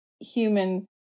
human